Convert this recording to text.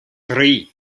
tri